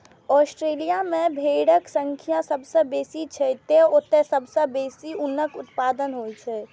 Australia मे भेड़क संख्या सबसं बेसी छै, तें ओतय सबसं बेसी ऊनक उत्पादन होइ छै